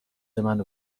منو